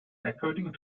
according